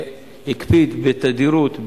שהקפיד בתדירות,